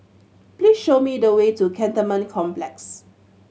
please show me the way to Cantonment Complex